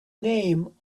name